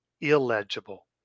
illegible